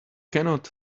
cannot